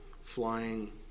flying